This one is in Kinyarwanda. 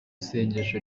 sengesho